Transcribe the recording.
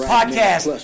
Podcast